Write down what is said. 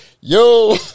yo